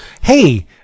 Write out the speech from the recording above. Hey